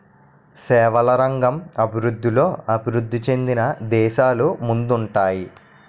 సేవల రంగం అభివృద్ధిలో అభివృద్ధి చెందిన దేశాలు ముందుంటాయి